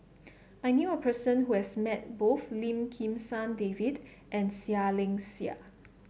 I knew a person who has met both Lim Kim San David and Seah Liang Seah